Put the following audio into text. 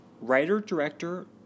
Writer-director